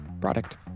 product